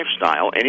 lifestyle